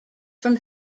from